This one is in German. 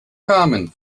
carmen